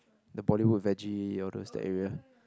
the Bollywood Veggie all those that area